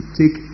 take